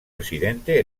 residente